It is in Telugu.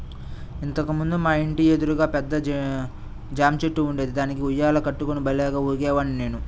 ఇంతకు ముందు మా ఇంటి ఎదురుగా పెద్ద జాంచెట్టు ఉండేది, దానికి ఉయ్యాల కట్టుకుని భల్లేగా ఊగేవాడ్ని నేను